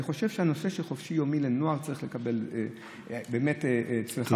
אני חושב שהנושא של "חופשי יומי" לנוער צריך באמת לקבל אצלך,